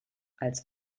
als